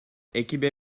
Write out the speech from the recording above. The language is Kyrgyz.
экиге